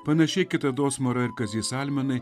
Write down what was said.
panašiai kitados mara ir kazys almenai